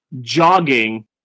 jogging